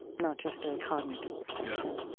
not just a cognitive perception.